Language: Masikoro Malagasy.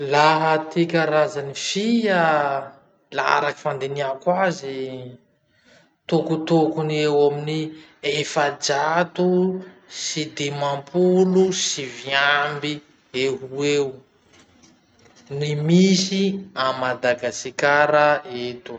Laha ty karaza ny fia, laha araky fandinihako azy, tokotokony eo amin'ny efajato sy dimampolo sivy amby eo ho eo ny misy a madagasikara eto.